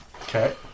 Okay